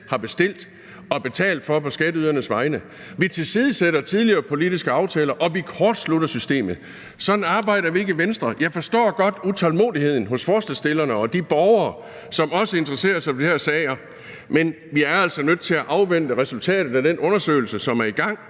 har bestilt og betalt for på skatteydernes vegne, dels tidligere politiske aftaler, og vi kortslutter systemet. Sådan arbejder vi ikke i Venstre. Jeg forstår godt utålmodigheden hos forslagsstillerne og de borgere, som også er interesseret i den her sag, men vi er altså nødt til at afvente resultatet af den undersøgelse, som er i gang.